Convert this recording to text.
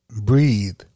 breathe